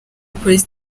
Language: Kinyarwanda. polisi